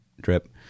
drip